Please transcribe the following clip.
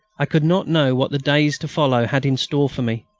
i could not know what the days to follow had in store for me,